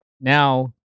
now